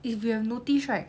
if you have noticed right